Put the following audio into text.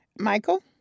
Michael